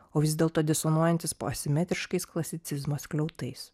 o vis dėlto disonuojantys po asimetriškais klasicizmo skliautais